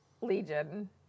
Legion